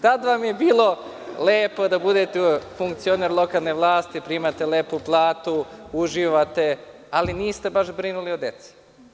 Tada vam je bilo lepo da budete funkcioner lokalne vlasti, primate lepu platu, uživate, ali niste baš brinuli o deci.